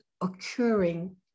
occurring